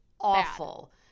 awful